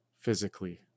physically